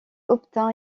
obtint